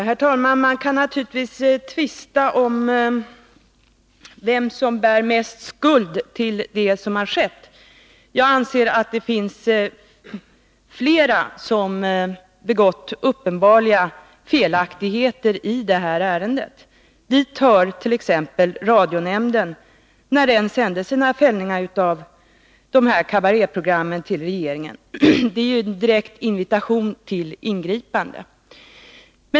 Herr talman! Man kan naturligtvis tvista om vem som bär största skulden till det som har skett. Jag anser att det finns flera som i detta ärende har begått uppenbara fel. Dit hört.ex. radionämnden. När den sände sina fällningar av dessa kabaréprogram till regeringen var det en direkt invitation till ingripande.